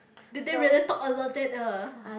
did they really talk a lot that uh